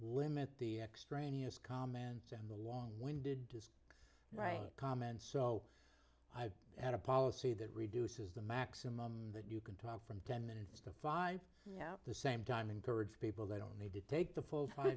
limit the extraneous comments and the long winded to write comments so i had a policy that reduces the maximum that you can talk from ten minutes to five the same time encourage people they don't need to take the full